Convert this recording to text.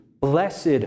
Blessed